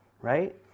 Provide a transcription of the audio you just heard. Right